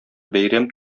бәйрәм